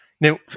Now